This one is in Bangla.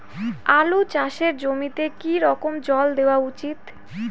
আলু চাষের জমিতে কি রকম জল দেওয়া উচিৎ?